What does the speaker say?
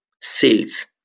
sales